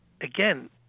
again